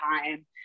time